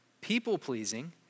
people-pleasing